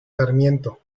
sarmiento